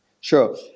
Sure